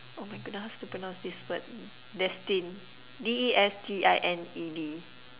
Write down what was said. oh my goodness how to pronounce this word destined D_E_S_T_I_N_E_D